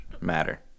matter